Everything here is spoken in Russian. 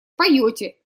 поете